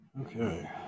Okay